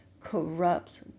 corrupts